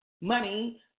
money